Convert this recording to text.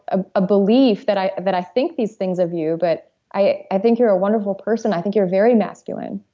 ah a belief that i that i think these things of you but i i think you're a wonderful person. i think you're very masculine.